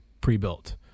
pre-built